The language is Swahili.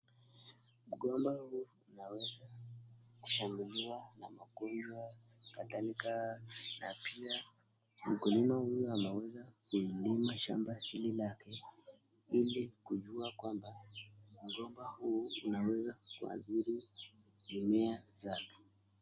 Mgomba huu unaweza kushambuliwa na magonjwa kadhalika na pia mkuilima huyu anaweza kuilima shamba hili lake ili kujua kwamba mgomba huu unaweza kuadhiri mimea zake.